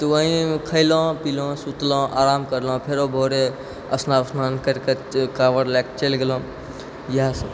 तऽ वहीँ खयलहुँ पिलहुँ सुतलहुँ आराम करलहुँ फेरो भोरे स्नान उस्न्नान करिकऽ कांवर लए कऽ चलि गेलहुँ इएह सब